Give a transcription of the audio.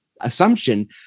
assumption